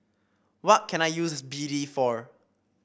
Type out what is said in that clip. what can I use B D for